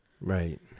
Right